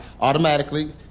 automatically